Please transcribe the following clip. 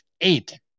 eight